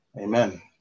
Amen